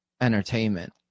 entertainment